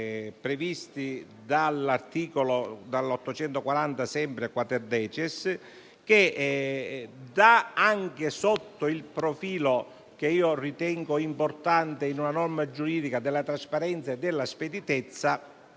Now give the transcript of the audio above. previsti dall'articolo 840-*quaterdecies*, che anche sotto il profilo - lo ritengo importante in una norma giuridica - della trasparenza, della speditezza